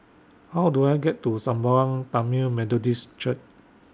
How Do I get to Sembawang Tamil Methodist Church